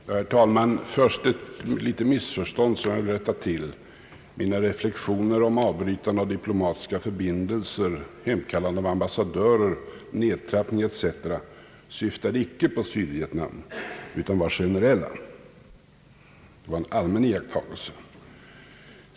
Herr talman! Jag vill först rätta till ett litet missförstånd. Mina reflexioner om avbrytande och nedtrappning av diplomatiska förbindelser, hemkallande av ambassadörer etc. syftade icke på Sydvietnam utan var generella. Det var en allmän iakttagelse.